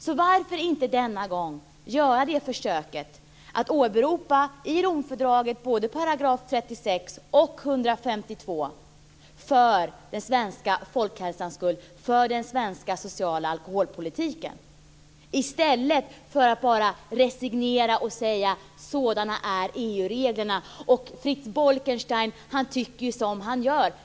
Så varför inte denna gång göra ett försök att åberopa både § 36 och § 152 i Romfördraget, för den svenska folkhälsans skull och för den svenska sociala alkoholpolitikens? Varför gör man inte det i stället för att bara resignera och säga: "Sådana är EU-reglerna, och Frits Bolkestein tycker som han gör."?